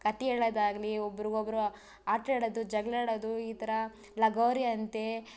ಕತೆ ಹೇಳೋದಾಗಲಿ ಒಬ್ರಿಗೊಬ್ರು ಆಟ ಆಡೋದು ಜಗಳಾಡೋದು ಈ ಥರ ಲಗೋರಿ ಅಂತೆ